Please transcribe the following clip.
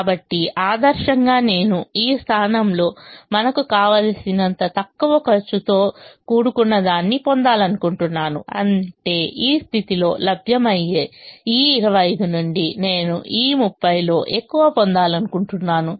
కాబట్టి ఆదర్శంగా నేను ఈ స్థానంలో మనకు కావలసినంత తక్కువ ఖర్చుతో కూడుకున్నదాన్ని పొందాలనుకుంటున్నాను అంటే ఈ స్థితిలో లభ్యమయ్యే ఈ 25 నుండి నేను ఈ 30 లో ఎక్కువ పొందాలనుకుంటున్నాను